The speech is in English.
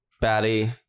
Batty